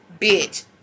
bitch